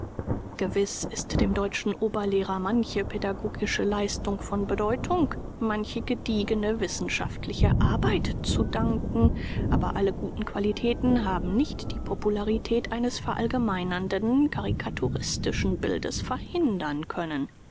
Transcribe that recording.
gewiß ist dem deutschen oberlehrer manche pädagogische leistung von bedeutung manche gediegene wissenschaftliche arbeit zu danken aber alle guten qualitäten haben nicht die popularität eines verallgemeinernden karikaturistischen bildes verhindern können